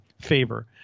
favor